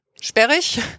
sperrig